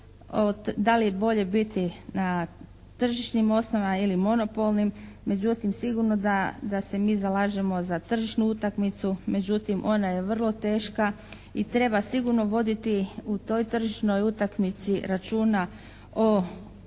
da li je bolje biti na tržišnim osnovama ili monopolnim, međutim sigurno da se mi zalažemo za tržišnu utakmicu, međutim ona je vrlo teška i treba sigurno voditi u toj tržišnoj utakmici računa o